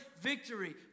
victory